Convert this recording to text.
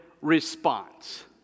response